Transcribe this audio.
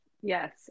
Yes